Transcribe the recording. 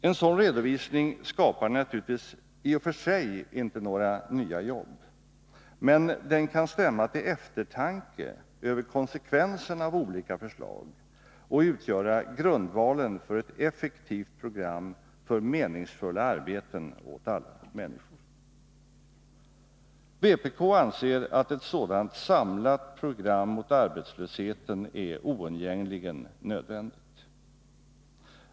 En sådan redovisning skapar naturligtvis i och för sig inte några nya jobb, men den kan stämma till eftertanke inför konsekvenserna av olika förslag och utgöra grundvalen för ett effektivt program för meningsfulla arbeten åt alla människor. Vpk anser att ett sådant samlat program mot arbetslösheten är oundgängligen nödvändigt.